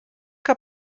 que